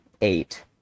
eight